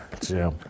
Jim